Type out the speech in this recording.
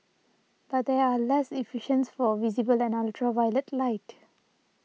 but they are less efficient for visible and ultraviolet light